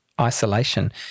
isolation